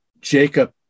Jacob